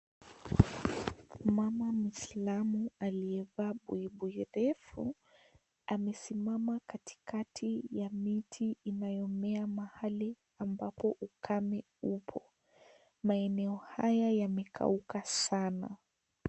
Mama fulani aliyevaa buibui refu, amesimama katikati ya miti inayomea mahali ambapo ukame upo. Maeneo haya yamekauka sana.